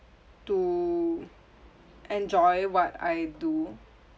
to enjoy what I do